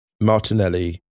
Martinelli